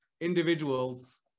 individuals